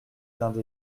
dinde